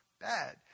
bad